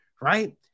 right